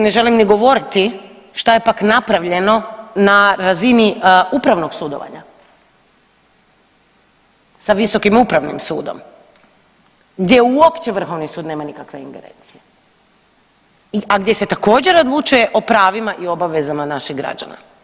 Ne želim ni govoriti šta je pak napravljeno na razini upravnog sudovanja sa visokim upravnim sudom gdje uopće vrhovni sud nema nikakve ingerencije, a gdje se također odlučuje o pravima i obavezama naših građana.